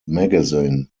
magazine